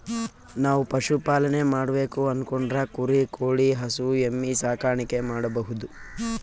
ನಾವ್ ಪಶುಪಾಲನೆ ಮಾಡ್ಬೇಕು ಅನ್ಕೊಂಡ್ರ ಕುರಿ ಕೋಳಿ ಹಸು ಎಮ್ಮಿ ಸಾಕಾಣಿಕೆ ಮಾಡಬಹುದ್